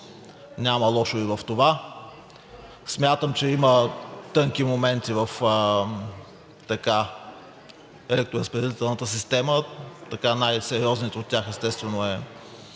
Няма лошо и в това. Смятам, че има тънки моменти в така електроразпределителната система. Най-сериозните от тях са това